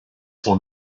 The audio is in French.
sont